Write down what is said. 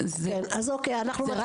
וזה רק